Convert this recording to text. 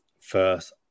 first